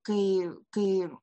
kai kai